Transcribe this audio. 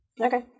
Okay